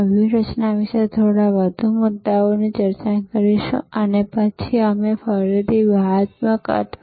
વ્યૂહરચનાઓ આજથી 10 વર્ષ પહેલાં જેટલી સુસંગત છે